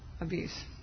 abuse